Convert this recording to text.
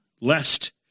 lest